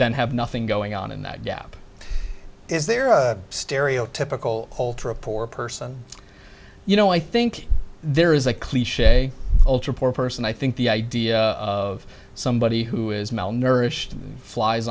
than have nothing going on in that gap is there a stereotypical culture of poor person you know i think there is a cliche culture poor person i think the idea of somebody who is malnourished and flies